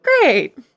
Great